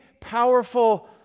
powerful